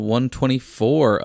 124